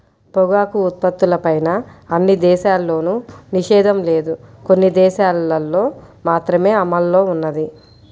పొగాకు ఉత్పత్తులపైన అన్ని దేశాల్లోనూ నిషేధం లేదు, కొన్ని దేశాలల్లో మాత్రమే అమల్లో ఉన్నది